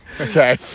Okay